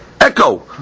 echo